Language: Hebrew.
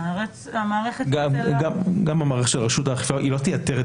--- גם מערכת רשות האכיפה היא לא תייתר,